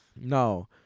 no